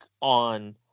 on